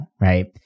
right